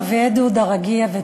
(אומרת ברוסית: ברכות ליום הניצחון,